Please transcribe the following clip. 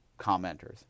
commenters